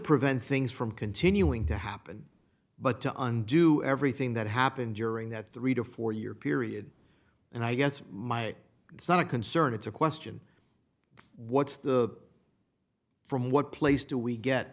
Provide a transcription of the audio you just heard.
prevent things from continuing to happen but to undo everything that happened during that three to four year period and i guess my it's not a concern it's a question what's the from what place do we get